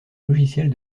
logiciels